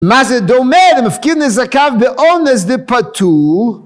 מה זה דומה למפקיר נזקיו באונס די פטור